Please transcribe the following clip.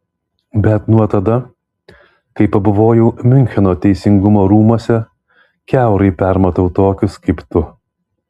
bet nuo tada kai pabuvojau miuncheno teisingumo rūmuose kiaurai permatau tokius kaip tu